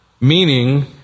Meaning